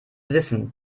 wissen